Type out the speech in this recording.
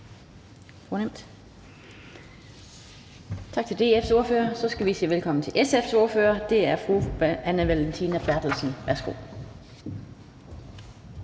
korte bemærkninger. Så skal vi sige velkommen til SF's ordfører, og det er fru Anne Valentina Berthelsen. Værsgo.